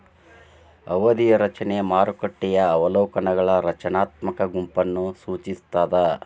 ಅವಧಿಯ ರಚನೆ ಮಾರುಕಟ್ಟೆಯ ಅವಲೋಕನಗಳ ರಚನಾತ್ಮಕ ಗುಂಪನ್ನ ಸೂಚಿಸ್ತಾದ